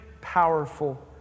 powerful